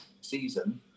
season